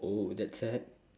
oh that's sad